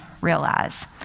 realize